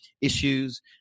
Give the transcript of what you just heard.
issues